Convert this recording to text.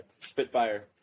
Spitfire